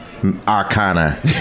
Arcana